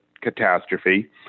catastrophe